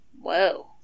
Whoa